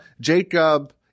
Jacob